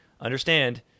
understand